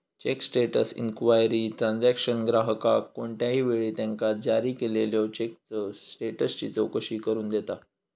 check status inquiry transaction ग्राहकाक कोणत्याही वेळी त्यांका जारी केलेल्यो चेकचा स्टेटसची चौकशी करू देता